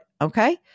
Okay